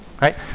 right